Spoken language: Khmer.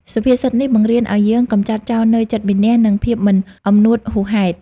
សុភាសិតនេះបង្រៀនឱ្យយើងកម្ចាត់ចោលនូវចិត្តមានះ និងភាពមានអំនួតហួសហេតុ។